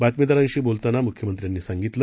बातमीदारांशी बोलताना मुख्यमंत्र्यांनी सांगिततलं